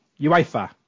UEFA